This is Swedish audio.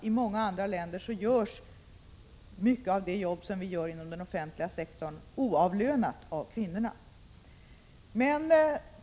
I många andra länder görs nämligen mycket av det jobb som vi utför inom den offentliga sektorn oavlönat av kvinnorna.